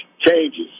changes